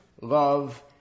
love